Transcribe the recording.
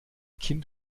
kind